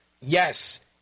Yes